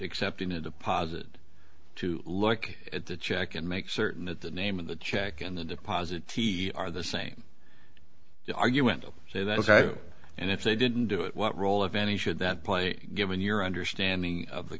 except in a deposit to look at the check and make certain that the name of the check and the deposit t e are the same argument and say that's right and if they didn't do it what role if any should that play given your understanding of the